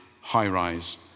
high-rise